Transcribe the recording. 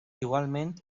igualment